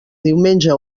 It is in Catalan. diumenge